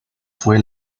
fue